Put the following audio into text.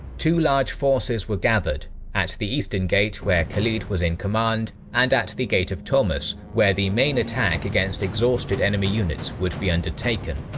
two large forces were gathered at the eastern gate, where khalid was in command, and at the gate of thomas, where the main attack against exhausted enemy units would be undertaken.